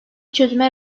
çözüme